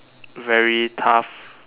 very tough